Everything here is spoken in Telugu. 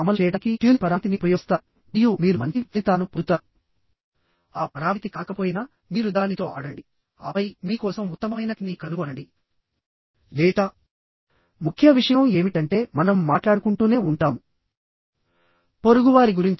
యాంగిల్ సెక్షన్ తో గసెట్ ప్లేట్స్ ని ఉపయోగించి వాటికి అదనపు ప్లేట్స్ ని వాడుకొని ఒక బిల్ట్ అప్ సెక్షన్ గా చేసుకొని దానిని టెన్షన్ మెంబర్ గా డిజైన్ చేసుకోవచ్చు